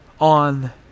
on